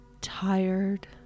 tired